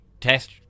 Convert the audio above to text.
test